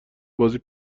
بازی